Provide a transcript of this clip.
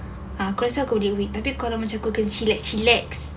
aku rasa aku ada week kalau macam tu aku chillax chillax